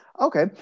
Okay